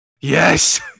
Yes